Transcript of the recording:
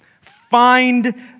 Find